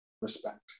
respect